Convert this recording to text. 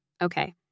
Okay